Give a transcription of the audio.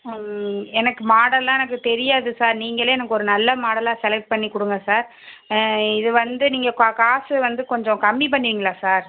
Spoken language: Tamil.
எனக்கு மாடல்லாம் எனக்கு தெரியாது சார் நீங்களே எனக்கு ஒரு நல்ல மாடலாக செலெக்ட் பண்ணி கொடுங்க சார் இது வந்து நீங்கள் கா காசு வந்து கொஞ்சம் கம்மி பண்ணுவீங்களா சார்